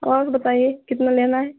और बताइए कितना लेना है